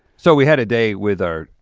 so we had a day with our,